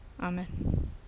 Amen